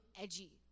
edgy